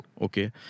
Okay